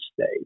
state